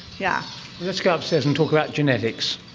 yeah let's go upstairs and talk about genetics.